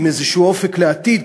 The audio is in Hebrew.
עם איזשהו אופק לעתיד,